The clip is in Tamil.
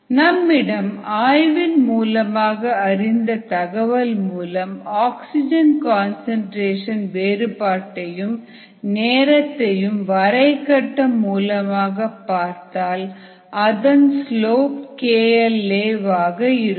நம்மிடம் ஆய்வின் மூலமாக அறிந்த தகவல் மூலம் ஆக்சிஜன் கன்சன்ட்ரேஷன் வேறுபாட்டையும் நேரத்தையும் வரை கட்டம் மூலமாக பார்த்தால் அதன் ஸ்லோப் kL a ஆக இருக்கும்